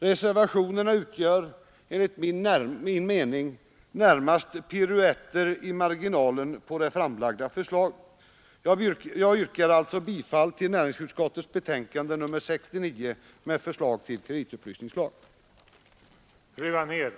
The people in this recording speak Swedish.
Reservationerna utgör närmast piruetter i marginalen på det framlagda förslaget. Jag yrkar alltså bifall till utskottets hemställan i näringsutskottets betänkande nr 69 med förslag till kreditupplysningslag.